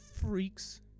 freaks